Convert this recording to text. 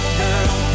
girl